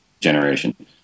generation